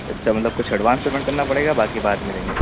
اس کا مطلب کچھ ایڈوانس پیمنٹ کرنا پڑے گا باقی بعد میں دیں گے